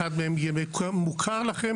אחד מהם מוכר לכם,